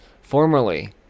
formerly